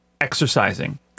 exercising